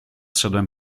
szedłem